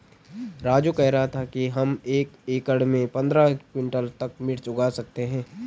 राजू कह रहा था कि हम एक एकड़ में पंद्रह क्विंटल तक मिर्च उगा सकते हैं